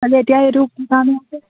খালি এতিয়া এইটো কি জানো হৈছে